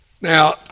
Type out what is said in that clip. Now